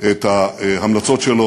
את ההמלצות שלו,